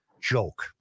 joke